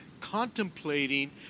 contemplating